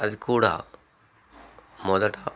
అది కూడా మొదట